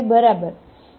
વિધેય કરશે